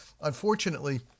unfortunately